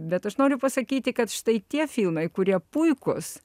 bet aš noriu pasakyti kad štai tie filmai kurie puikus